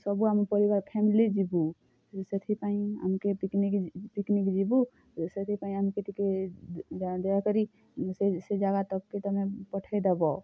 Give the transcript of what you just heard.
ସବୁ ଆମର୍ ପରିବାର୍ ଫ୍ୟାମିଲି ଯିବୁ ହେଲେ ସେଥିପାଇଁ ଆମ୍କେ ପିକ୍ନିକ୍ ପିକ୍ନିକ୍ ଯିବୁ ଓ ସେଥିପାଇଁ ଆମ୍କେ ଟିକେ ଦୟାକରି ସେ ସେ ଜାଗା ତକ୍କେ ତମେ ପଠେଇ ଦେବ